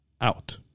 out